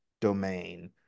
domain